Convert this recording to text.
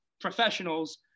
professionals